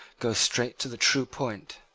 go straight to the true point.